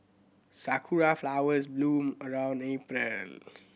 sakura flowers bloom around April